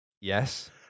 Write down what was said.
yes